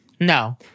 no